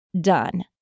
done